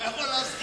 מה יכול להזכיר?